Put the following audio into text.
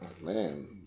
man